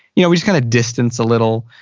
you know just kind of distance a little.